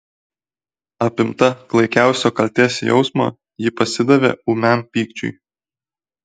apimta klaikiausio kaltės jausmo ji pasidavė ūmiam pykčiui